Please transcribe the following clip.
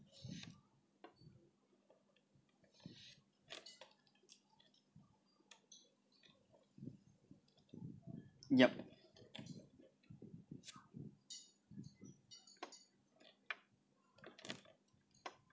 yup